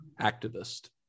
activist